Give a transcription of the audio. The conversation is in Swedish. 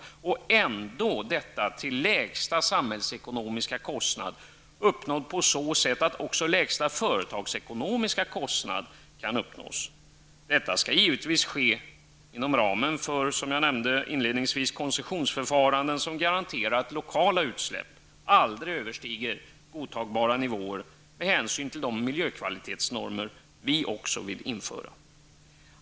Detta sker samtidigt till lägsta samhällsekonomiska kostnad, eftersom också lägsta företagsekonomiska kostnad kan uppnås. Detta skall givetvis ske, som jag inledningsvis nämnde, inom ramen för koncessionsförfaranden som garanterar att lokala utsläpp aldrig överstiger godtagbara nivåer med hänsyn till de miljökvalitetsnormer också vi vill införa.